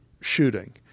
shooting